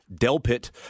Delpit